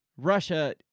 Russia